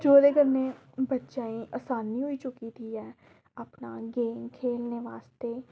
जेह्दे कन्नै बच्चेंई असानी होई चुकी दी ऐ अपना गेम खेलने बास्तै